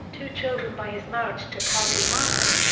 two children by his marriage to kati marton,